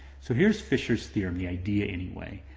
so here's fisher's theorem, the idea anyway,